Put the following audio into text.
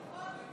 זה משהו חדש?